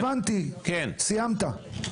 הבנתי, סיימת.